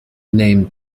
name